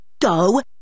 Go